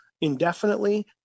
indefinitely